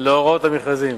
להוראות המכרזים,